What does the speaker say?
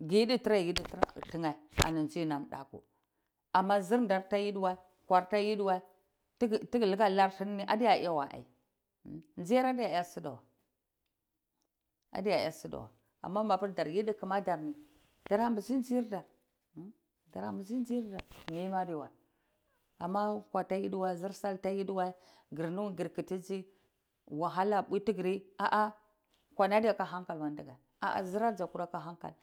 gingae hidi tira yiyidae tanae ani ndzi nam daku amazir ndar da yidi wae nkwar da ta yidi wae tige-tige yidi latur nkeh alari toh adiya ya wai nziraye adiya ya side wae adiya ya sida wai amamapir dar yide kuma dirni darambizi ndzir dar ndara mbizirirdare mima adiwae ana nkwa tayidi wai zir sal ta yidi wai gir murar gir kiti dzi wahala mpwi tigiri aha nkwani adiyaka hankal wai aha zir ar.